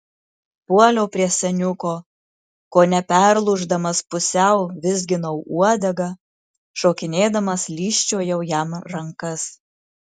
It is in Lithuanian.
puoliau prie seniuko kone perlūždamas pusiau vizginau uodegą šokinėdamas lyžčiojau jam rankas